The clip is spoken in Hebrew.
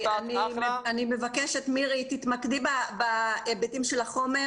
מירי, אני מבקשת שתתמקדי בהיבטים של החומר.